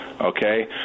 Okay